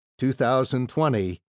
2020